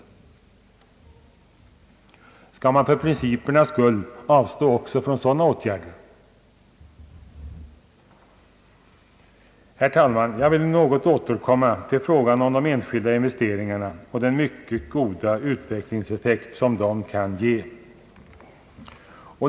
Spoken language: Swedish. Skall man för principernas skull avstå också från sådana åtgärder? Herr talman! Jag vill något återkomma till frågan om de enskilda investeringarna och den mycket goda utvecklingseffekt som de kan ge.